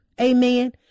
Amen